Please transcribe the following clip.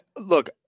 look